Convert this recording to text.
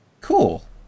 cool